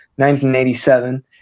1987